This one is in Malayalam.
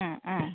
ആ ആ